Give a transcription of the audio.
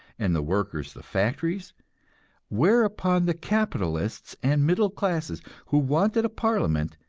and the workers the factories whereupon the capitalists and middle classes, who wanted a parliament,